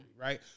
Right